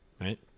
Right